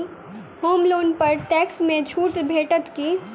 होम loan पर tax मे छुट भेटत की